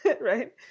Right